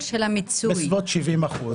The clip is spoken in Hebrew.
בסביבות 70 אחוזים.